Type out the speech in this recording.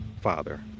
father